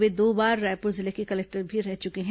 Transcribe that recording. वे दो बार रायपुर जिले के कलेक्टर भी रह चुके हैं